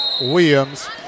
Williams